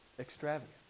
extravagant